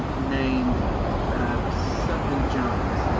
named something jones.